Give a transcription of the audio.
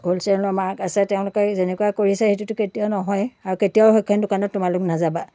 হ'লছেলৰ mark আছে তেওঁলোকে যেনেকুৱা কৰিছে সেইটোতো কেতিয়াও নহয়ে আৰু কেতিয়াও সেইখন দোকানত তোমালোক নাযাবা